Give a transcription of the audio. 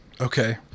Okay